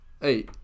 hey